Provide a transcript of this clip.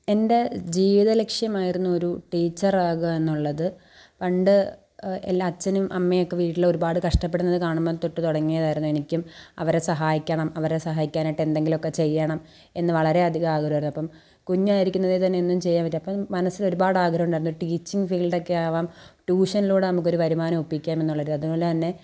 എൻ്റെ ജീവിത ലക്ഷ്യമായിരുന്നു ഒരു ടീച്ചറാകുക എന്നുള്ളത് പണ്ട് എൻ്റെ അച്ഛനും അമ്മയൊക്കെ വീട്ടിൽ ഒരുപാട് കഷ്ട്ടപെടുന്നത് കാണുമ്പോൾ തൊട്ട് തുടങ്ങിയതായിരുന്നു എനിക്കും അവരെ സഹായിക്കണം അവരെ സഹായിക്കാനായിട്ട് എന്തെങ്കിലും ഒക്കെ ചെയ്യണം എന്ന് വളരെ അധികം ആഗ്രഹമായിരുന്നു അപ്പം കുഞ്ഞായിരിക്കുന്നതിൽ തന്നെ എന്തെങ്കിലും ചെയ്യാൻ പറ്റുവോ അപ്പോൾ മനസ്സിൽ ഒരുപാട് ആഗ്രഹം ഉണ്ടായിരുന്നു ടീച്ചിങ് ഫീൽഡൊക്കെ ആവാം ട്യൂഷനിലൂടെ നമ്മുക്കൊരു വരുമാനം ഒപ്പിക്കാം എന്നുള്ളത് അതു പോലെ തന്നെ